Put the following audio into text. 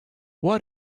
what